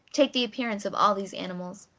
take the appearance of all these animals.